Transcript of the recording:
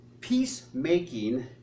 peacemaking